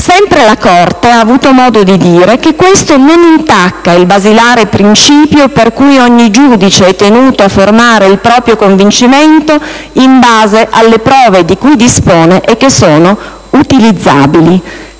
Sempre la Corte ha avuto modo di dire che questo non intacca il basilare principio per cui ogni giudice è tenuto a formare il proprio convincimento in base alle prove di cui dispone e che sono utilizzabili,